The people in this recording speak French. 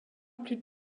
plus